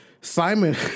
Simon